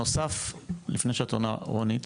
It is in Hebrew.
רונית,